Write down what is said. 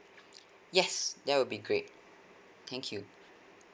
yes that will be great thank you